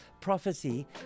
prophecy